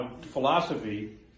philosophy